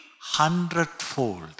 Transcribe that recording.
Hundredfold